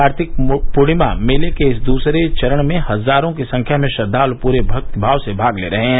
कार्तिक पूर्णिमा मेले के इस दूसरे चरण में हजारों की संख्या में श्रद्वाल् पूरे भक्तिमाव से भाग ले रहे हैं